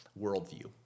worldview